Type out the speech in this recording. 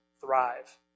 thrive